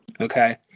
okay